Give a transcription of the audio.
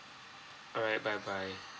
alright bye bye